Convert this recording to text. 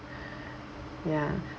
ya